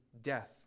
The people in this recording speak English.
death